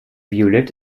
violett